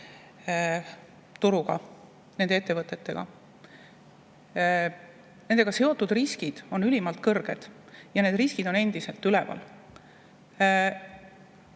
krüptoturuga, nende ettevõtetega. Nendega seotud riskid on ülimalt kõrged ja need riskid on endiselt üleval.